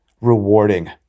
rewarding